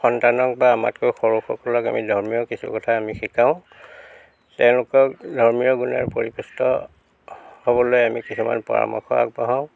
সন্তানক বা আমাতকৈ সৰুসকলক আমি ধৰ্মীয় কিছু কথা আমি শিকাওঁ তেওঁলোকক ধৰ্মীয় গুণেৰে পৰিপুষ্ট হ'বলৈ আমি কেইটামান পৰামৰ্শ আগবঢ়াওঁ